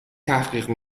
تحقیق